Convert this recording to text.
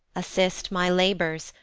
assist my labours,